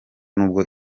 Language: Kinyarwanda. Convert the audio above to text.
nubwo